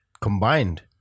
Combined